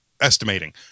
estimating